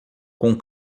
com